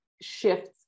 shifts